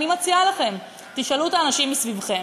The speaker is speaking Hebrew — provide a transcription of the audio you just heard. אני מציעה לכם, תשאלו את האנשים מסביבכם.